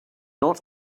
not